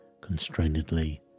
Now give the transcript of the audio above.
constrainedly